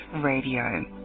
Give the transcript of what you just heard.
Radio